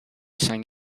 sang